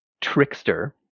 Trickster